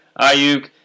Ayuk